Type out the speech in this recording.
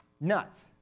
Nuts